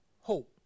hope